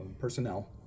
personnel